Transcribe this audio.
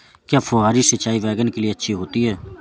क्या फुहारी सिंचाई बैगन के लिए अच्छी होती है?